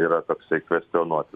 yra toksai kvestionuoti